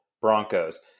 Broncos